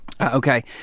Okay